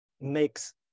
makes